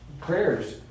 prayers